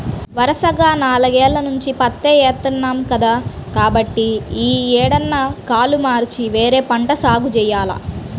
వరసగా నాలుగేల్ల నుంచి పత్తే ఏత్తన్నాం కదా, కాబట్టి యీ ఏడన్నా కాలు మార్చి వేరే పంట సాగు జెయ్యాల